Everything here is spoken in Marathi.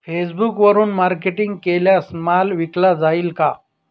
फेसबुकवरुन मार्केटिंग केल्यास माल विकला जाईल का?